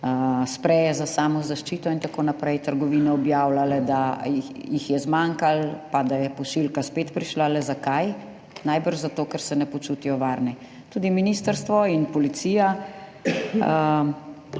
sprejme za samozaščito itn., trgovine objavljale, da jih je zmanjkalo pa da je pošiljka spet prišla. Le zakaj? Najbrž zato, ker se ne počutijo varne. Tudi ministrstvo in policija